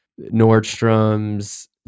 Nordstrom's